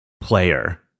player